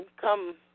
come